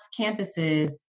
campuses